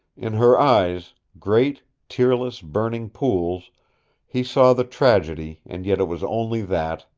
in her eyes great, tearless, burning pools he saw the tragedy and yet it was only that,